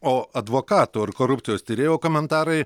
o advokato ir korupcijos tyrėjo komentarai